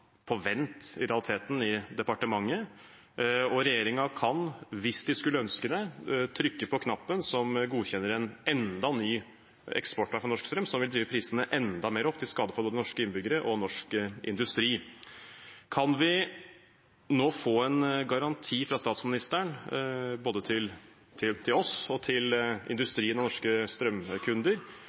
i realiteten på vent i departementet, og regjeringen kan – hvis de skulle ønske det – trykke på knappen som godkjenner enda en ny eksportkabel for norsk strøm, som vil drive prisene enda mer opp, til skade for både norske innbyggere og norsk industri. Kan vi nå få en garanti fra statsministeren, både til oss, til industrien og til norske strømkunder,